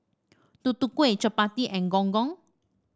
Tutu Kueh chappati and Gong Gong